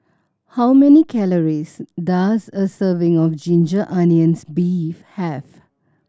how many calories does a serving of ginger onions beef have